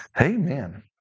Amen